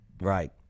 right